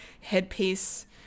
headpiece